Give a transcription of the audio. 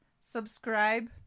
subscribe